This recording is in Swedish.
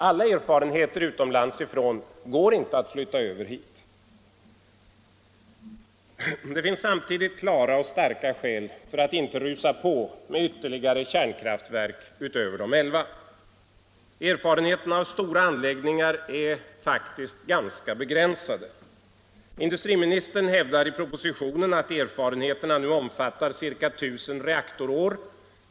Alla erfarenheter utomlands ifrån går inte att flytta över hit Det finns samtidigt klara och starka skäl för att inte rusa på med ytterligare kärnkraftverk utöver de 11. Erfarenheterna av stora anläggningar är faktiskt ganska begränsade. Industriministern hävdar i propositionen att erfarenheterna nu omfattar ca 1 000 reaktorår.